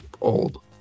old